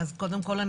קודם כל,